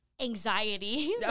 anxiety